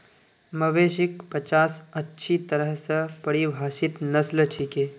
मवेशिक पचास अच्छी तरह स परिभाषित नस्ल छिके